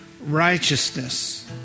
righteousness